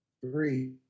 three